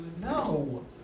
No